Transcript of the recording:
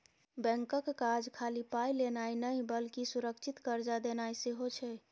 बैंकक काज खाली पाय लेनाय नहि बल्कि सुरक्षित कर्जा देनाय सेहो छै